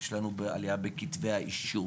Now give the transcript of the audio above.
יש לנו עלייה בכתבי האישום